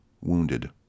wounded